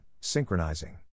synchronizing